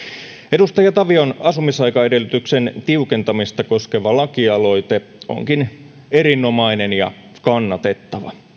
edustaja tavion asumisaikaedellytyksen tiukentamista koskeva lakialoite onkin erinomainen ja kannatettava